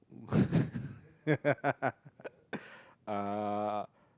uh